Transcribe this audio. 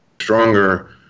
stronger